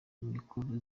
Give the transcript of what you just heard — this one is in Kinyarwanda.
amikoro